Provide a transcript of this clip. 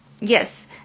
yes